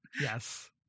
yes